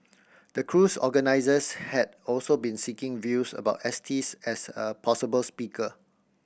the cruise organisers had also been seeking views about Estes as a possible speaker